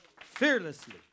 Fearlessly